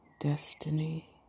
destiny